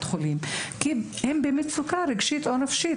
החולים כי הם במצוקה רגשית או נפשית,